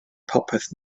popeth